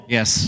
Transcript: Yes